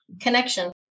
connection